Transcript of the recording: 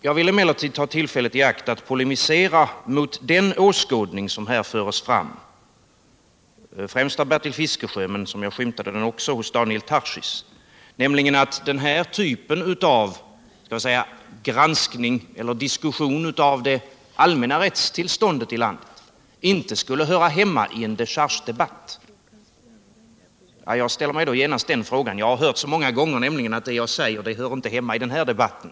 Jag vill emellertid ta tillfället i akt att polemisera mot den åskådning som här förs fram främst av Bertil Fiskesjö, även om jag skymtade den också hos Daniel Tarschys, nämligen att denna typ av granskning eller denna typ av diskussion om det allmänna rättstillståndet i landet inte skulle höra hemma i en dechargedebatt. Jag ställer mig genast frågan: Var hör den då hemma? Jag har nämligen så många gånger fått höra att det jag säger inte hör hemma i den just då aktuella debatten.